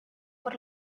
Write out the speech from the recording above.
por